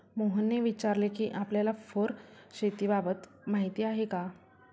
मोहनने विचारले कि आपल्याला फर शेतीबाबत माहीती आहे का?